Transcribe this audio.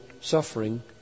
suffering